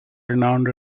renowned